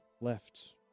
left